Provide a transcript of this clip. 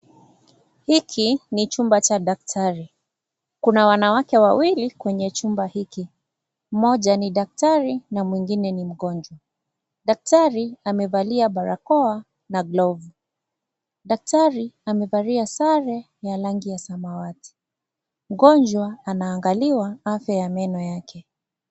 Hiki ni jumba cha daktari kuna wanawake wawili kwenye chumba hiki, mmoja ni daktari na mwingine ni mgonjwa. Daktari amevalia barakoa na glovu. Daktari amevalia sare ya rangi ya samawati , mgonjwa anaangaliwa afya ya meno yake.